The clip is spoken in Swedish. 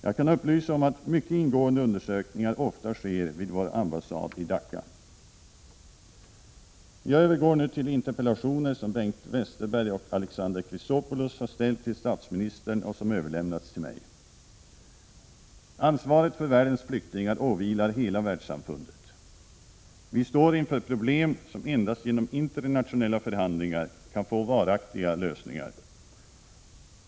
Jag kan upplysa om att mycket ingående undersökningar ofta sker vid vår ambassad i Dhaka. Jag övergår nu till de interpellationer som Bengt Westerberg och Alexander Chrisopoulos har ställt till statsministern och som överlämnats till mig. Ansvaret för världens flyktingar åvilar hela världssamfundet. Vi står inför problem som endast genom internationella förhandlingar kan få varaktiga lösningar.